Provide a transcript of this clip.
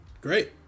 great